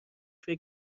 فکر